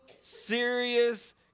serious